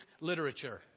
literature